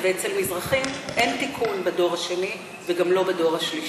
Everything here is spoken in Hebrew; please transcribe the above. ואצל מזרחים אין תיקון בדור השני וגם לא בדור השלישי,